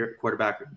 quarterback